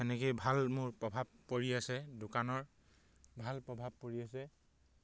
এনেকৈয়ে ভাল মোৰ প্ৰভাৱ পৰি আছে দোকানৰ ভাল প্ৰভাৱ পৰি আছে